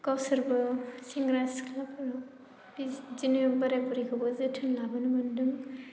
गावसोरबो सेंग्रा सिख्लाफोराव बिदिनो बोराय बुरैखौबो जोथोन लाबोनो मोन्दों